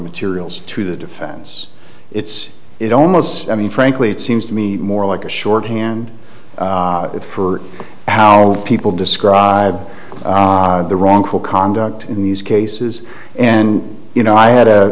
materials to the defense it's it almost i mean frankly it seems to me more like a shorthand for how people describe the wrongful conduct in these cases and you know i had a